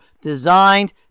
designed